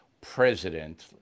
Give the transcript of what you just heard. president